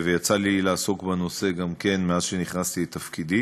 יצא לי לעסוק גם בנושא הזה מאז כניסתי לתפקיד.